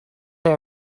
they